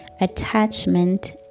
attachment